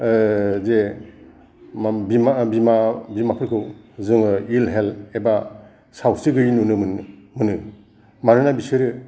जे बिमा बिमा बिमाफोरखौ जोङो इल हेल्थ एबा सावस्रि गैयि नुनो मोनो मानोना बिसोरो